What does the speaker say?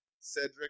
Cedric